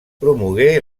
promogué